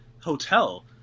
hotel